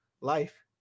life